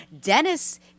Dennis